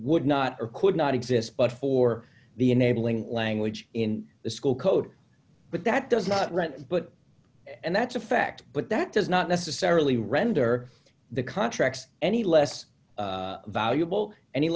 would not or could not exist but for the enabling language in the school code but that does not run but and that's a fact but that does not necessarily render the contract any less valuable any